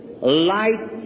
light